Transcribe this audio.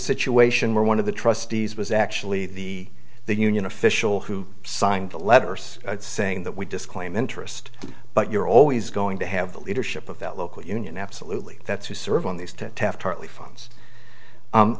situation where one of the trustees was actually the the union official who signed the letters saying that we disclaim interest but you're always going to have the leadership of that local union absolutely that's who serve on these ten taft hartly funds